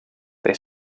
they